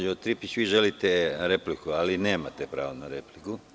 Gospođo Tripić, želite repliku, ali nemate pravo na repliku.